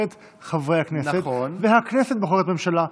את חברי הכנסת והכנסת בוחרת ממשלה,